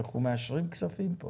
אנחנו מאשרים כספים פה